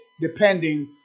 depending